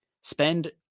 spend